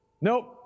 Nope